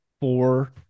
four